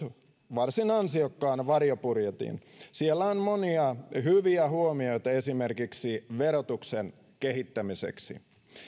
varsin ansiokkaan varjobudjetin siellä on monia hyviä huomioita esimerkiksi verotuksen kehittämiseksi